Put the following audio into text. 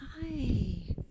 Hi